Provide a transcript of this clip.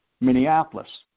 Minneapolis